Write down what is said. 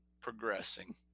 progressing